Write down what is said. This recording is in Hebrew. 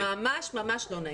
ממש ממש לא נעים.